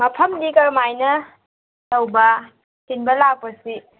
ꯃꯐꯝꯗꯤ ꯀꯔꯝꯃꯥꯏꯅ ꯇꯧꯕ ꯊꯤꯟꯕ ꯂꯥꯛꯄꯁꯤ